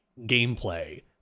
gameplay